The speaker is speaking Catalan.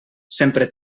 sempre